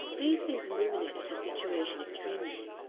these things illuminated her situation extremely.